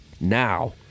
now